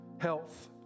health